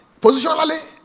positionally